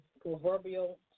proverbial